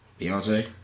Beyonce